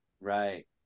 right